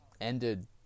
ended